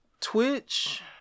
Twitch